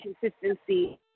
consistency